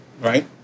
right